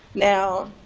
now,